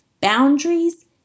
Boundaries